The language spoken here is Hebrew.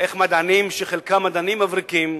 איך מדענים, שחלקם מדענים מבריקים,